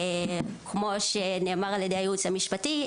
כמו שנאמר על ידי הייעוץ המשפטי,